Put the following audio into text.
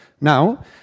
Now